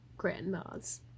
grandmas